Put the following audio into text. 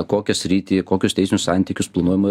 kokią sritį kokius teisinius santykius planuojama